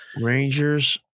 Rangers